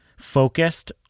focused